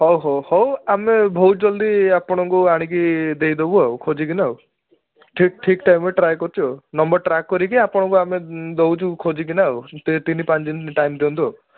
ହଉ ହଉ ହଉ ଆମେ ବହୁତ ଜଲଦି ଆପଣଙ୍କୁ ଆଣିକି ଦେଇଦେବୁ ଆଉ ଖୋଜିକିନା ଆଉ ଠିକ୍ ଠିକ୍ ଟାଇମ୍ରେ ଟ୍ରାଏ କରୁଛୁ ଆଉ ନମ୍ବର ଟ୍ରାକ୍ କରିକି ଆପଣଙ୍କୁ ଆମେ ଦେଉଛୁ ଖୋଜିକିନା ଆଉ ତିନି ପାଞ୍ଚ ଦିନ ଟାଇମ୍ ଦିଅନ୍ତୁ ଆଉ